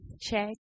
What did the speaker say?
check